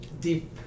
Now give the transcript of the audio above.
deep